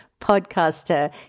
podcaster